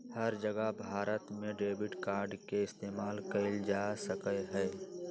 हर जगह भारत में debit card के इस्तेमाल कइल जा सका हई